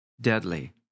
deadly